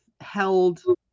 held